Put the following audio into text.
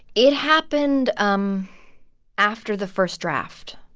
it happened um after the first draft.